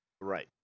Right